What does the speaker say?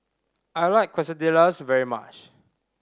I like Quesadillas very much